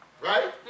right